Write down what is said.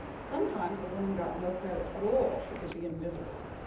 sometimes the woman got no credit at all. she could be invisible.